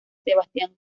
sebastián